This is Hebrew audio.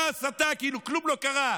אותה הסתה, כאילו כלום לא קרה.